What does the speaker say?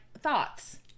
thoughts